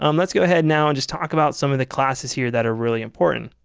um let's go ahead now and just talk about some of the classes here that are really important.